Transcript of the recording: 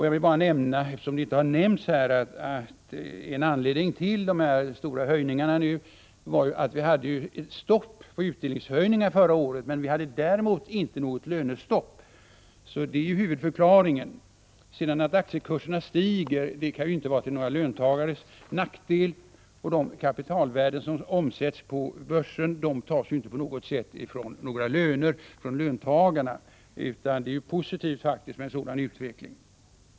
Jag vill barä nämna, eftersom det inte har nämnts, att en anledning till de stora höjningar som nu har gjorts var att vi hade utdelningsstopp förra året, men däremot inte något lönestopp. Det är huvudförklaringen. Att aktiekurserna stiger kan inte vara till några löntagares nackdel — de kapitalvärden som omsätts på börsen tas inte på något sätt från löntagarnas löner, utan det är faktiskt positivt med en sådan utveckling.